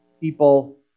people